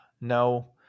No